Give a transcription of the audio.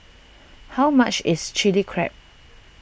how much is Chili Crab